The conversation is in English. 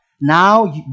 now